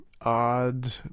odd